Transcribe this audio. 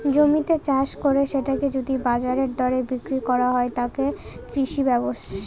জমিতে চাষ করে সেটাকে যদি বাজারের দরে বিক্রি করা হয়, তাকে বলে কৃষি ব্যবসা